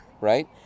Right